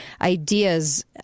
ideas